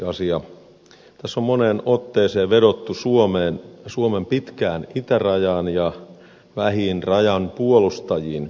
tässä on moneen otteeseen vedottu suomen pitkään itärajaan ja vähiin rajan puolustajiin